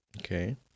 Okay